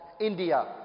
India